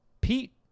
Pete